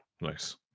Nice